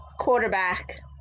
quarterback